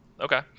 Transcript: Okay